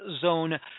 Zone